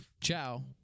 Ciao